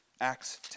Acts